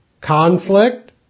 conflict